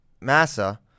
Massa